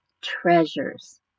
treasures